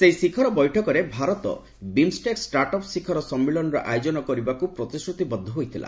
ସେହି ଶିଖର ବୈଠକରେ ଭାରତ 'ବିମ୍ଷ୍ଟେକ୍ ଷ୍ଟାର୍ଟ ଅପ୍ ଶିଖର ସମ୍ମିଳନୀ'ର ଆୟୋଜନ କରିବାକୁ ପ୍ରତିଶ୍ରତିବଦ୍ଧ ହୋଇଥିଲା